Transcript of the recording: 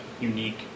unique